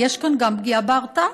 יש כאן גם פגיעה בהרתעה.